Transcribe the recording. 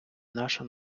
наша